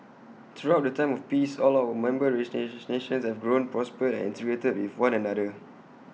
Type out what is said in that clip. throughout the time of peace all our member nations have grown prospered and integrated with one another